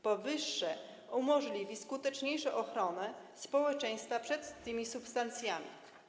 Powyższe umożliwi skuteczniejszą ochronę społeczeństwa przed tymi substancjami.